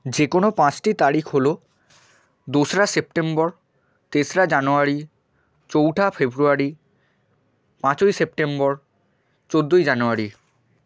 যে কোনো পাঁচটি তারিখ হল দোসরা সেপ্টেম্বর তেসরা জানুয়ারি চৌঠা ফেব্রুয়ারি পাঁচই সেপ্টেম্বর চোদ্দই জানুয়ারি